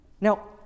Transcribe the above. Now